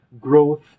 growth